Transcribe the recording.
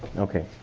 okay.